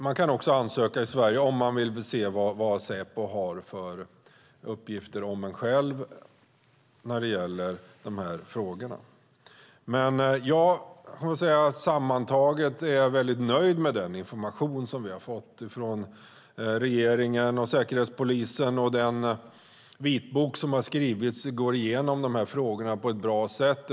Man kan också i Sverige ansöka om att få se vad Säpo har för uppgifter om en själv när det gäller dessa frågor. Sammantaget är jag väldigt nöjd med den information som vi fått från regeringen och Säkerhetspolisen. I den vitbok som skrivits gås de här frågorna igenom på ett bra sätt.